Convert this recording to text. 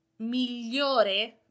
Migliore